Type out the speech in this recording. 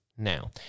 now